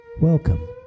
Welcome